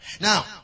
Now